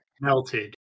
melted